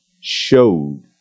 showed